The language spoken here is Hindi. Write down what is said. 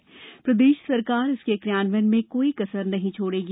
मध्यप्रदेश सरकार इसके क्रियान्वयन में कोई कसर नहीं छोड़ेगी